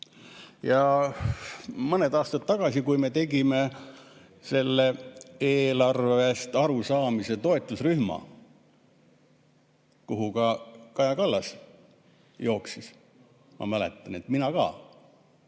Mõned aastad tagasi me tegime eelarvest arusaamise toetusrühma, kuhu ka Kaja Kallas jooksis, ma mäletan, et mina ka.